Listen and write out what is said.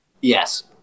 Yes